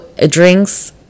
drinks